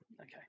okay